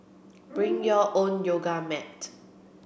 bring your own yoga mat